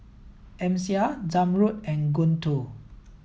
Amsyar Zamrud and Guntur